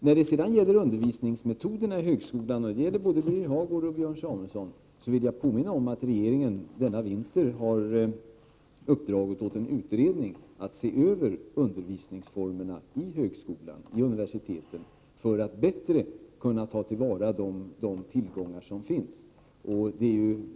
När det sedan gäller undervisningsmetoderna i högskolan — och det jag säger nu gäller både Birger Hagård och Björn Samulson — vill jag påminna om att regeringen denna vinter har uppdragit åt en utredning att se över undervisningsformerna i högskolan och universiteten för att bättre kunna ta till vara de tillgångar som finns.